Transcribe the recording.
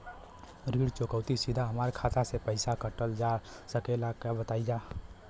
ऋण चुकौती सीधा हमार खाता से पैसा कटल जा सकेला का बताई जा?